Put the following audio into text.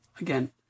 again